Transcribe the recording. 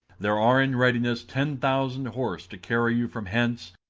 there are in readiness ten thousand horse to carry you from hence,